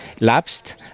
lapsed